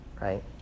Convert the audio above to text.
right